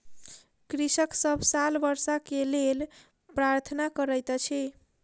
कृषक सभ साल वर्षा के लेल प्रार्थना करैत अछि